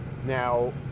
Now